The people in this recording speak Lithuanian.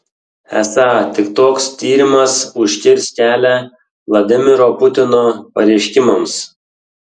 esą tik toks tyrimas užkirs kelią vladimiro putino pareiškimams